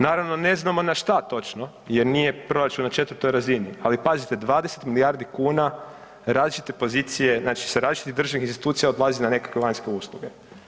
Naravno ne znamo na šta točno jer nije proračun na 4 razini, ali pazite 20 milijardi kuna različite pozicije, znači sa različitih državnih institucija odlazi na nekakve vanjske usluge.